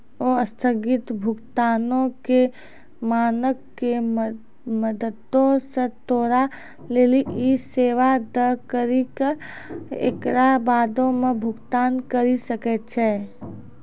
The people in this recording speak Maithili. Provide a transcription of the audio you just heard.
अस्थगित भुगतानो के मानक के मदतो से तोरा लेली इ सेबा दै करि के एकरा बादो मे भुगतान करि सकै छै